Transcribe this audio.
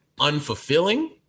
unfulfilling